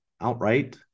outright